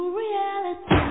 reality